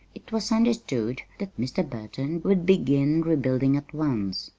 it was understood that mr. burton would begin rebuilding at once.